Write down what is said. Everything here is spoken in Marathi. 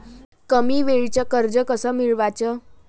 कमी वेळचं कर्ज कस मिळवाचं?